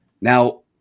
Now